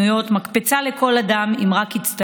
כסטודנטים שלמדו במוסדות להשכלה גבוהה אלא גם כפעילי ציבור בתאי